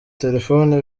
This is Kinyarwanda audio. telefoni